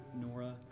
Nora